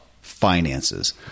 finances